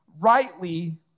rightly